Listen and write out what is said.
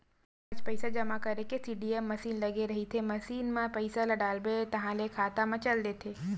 आज पइसा जमा करे के सीडीएम मसीन लगे रहिथे, मसीन म पइसा ल डालबे ताहाँले खाता म चल देथे